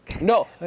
no